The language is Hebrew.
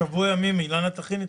שבוע ימים, אילנה תכין אתכם.